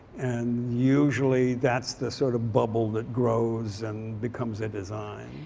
and usually that's the sort of bubble that grows and becomes a design.